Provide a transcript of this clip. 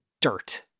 dirt